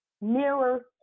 mirror